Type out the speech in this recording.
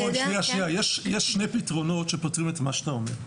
יש שני פתרונות שפותרים את מה שאתה אומר.